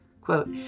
Quote